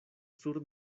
sur